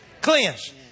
Cleansed